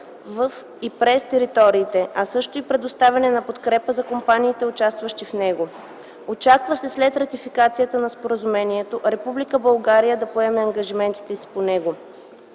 в и през територите, а също и предоставяне на подкрепа за компаниите, участващи в него. Очаква се след ратификацията на Споразумението Република България да поеме ангажиментите си по него.